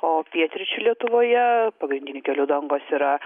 o pietryčių lietuvoje pagrindinių kelių dangos yra